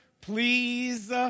Please